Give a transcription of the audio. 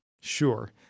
sure